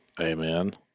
Amen